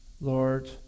Lord